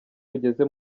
ugeze